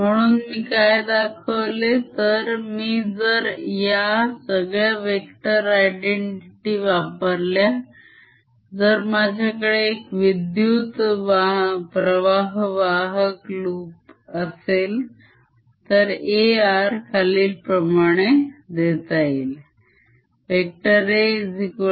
म्हणून मी काय दाखवले तर मी जर या सगळ्या वेक्टर identity वापरल्या जर माझ्याकडे एक विद्युत्प्रवाह वाहक loop असेल तर A r खालील प्रमाणे देता येईल